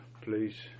please